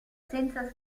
senza